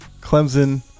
Clemson